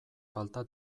falta